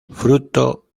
fruto